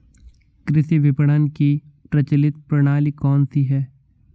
कृषि विपणन की प्रचलित प्रणाली कौन सी है?